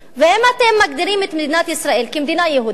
ואם אתם מגדירים את מדינת ישראל כמדינה יהודית,